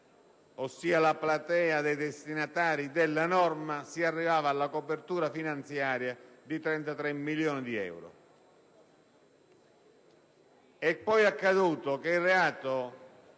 ossia il numero dei destinatari della norma, si arrivava alla copertura di 33 milioni di euro.